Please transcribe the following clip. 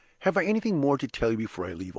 have i anything more to tell you before i leave off?